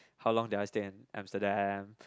how long did I stay in Amsterdam